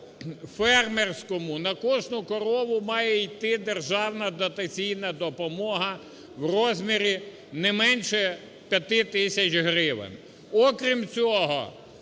на кожну корову має йти державна дотаційна допомога в розмірі не менше 5 тисяч гривень.